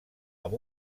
amb